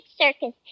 circus